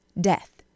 death